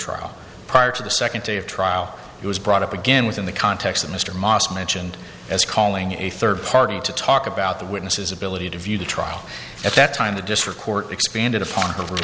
trial prior to the second day of trial it was brought up again within the context of mr moss mentioned as calling a third party to talk about the witnesses ability to view the trial at that time the district court expanded upon